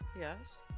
Yes